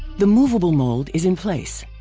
the moveable mold is in place.